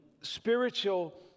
spiritual